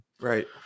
Right